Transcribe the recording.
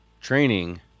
Training